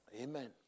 Amen